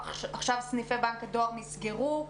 עכשיו סניפי בנק הדואר נסגרו.